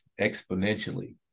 exponentially